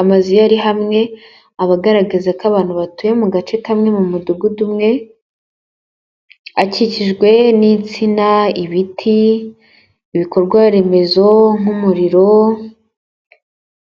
amazu yari ari hamwe aba agaragaza ko abantu batuye mu gace kamwe mu mudugudu umwe akikijwe n'insina, ibiti, ibikorwaremezo nk'umuriro.